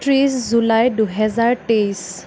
ত্ৰিছ জুলাই দুহেজাৰ তেইছ